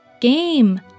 Game